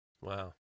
Wow